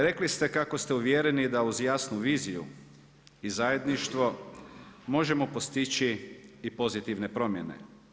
Rekli ste kako ste uvjereni da uz jasnu viziju i zajedništvo možemo postići i pozitivne promjene.